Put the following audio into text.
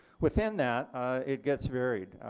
within that it gets varied.